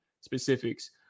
specifics